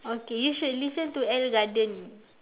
okay you should listen to ellegarden